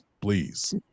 please